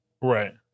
Right